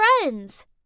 friends